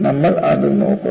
നമ്മൾ അത് നോക്കുന്നു